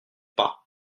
pas